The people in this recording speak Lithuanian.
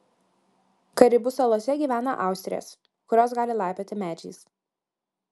karibų salose gyvena austrės kurios gali laipioti medžiais